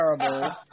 terrible